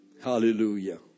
Hallelujah